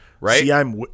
right